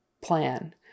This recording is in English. plan